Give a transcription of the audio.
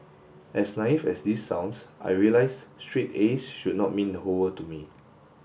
as naive as this sounds I realised straight A S should not mean the whole world to me